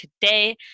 today